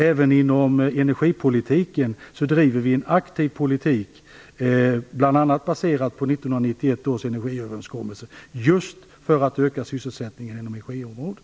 Även inom energiområdet driver vi en aktiv politik, bl.a. baserad på 1991 års energiöverenskommelse, just för att öka sysselsättningen inom energiområdet.